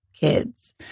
kids